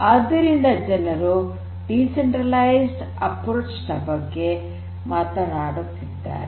ಆದ್ದರಿಂದ ಜನರು decentralised approach ಬಗ್ಗೆ ಮಾತನಾಡುತ್ತಿದ್ದಾರೆ